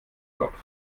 kopf